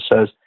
says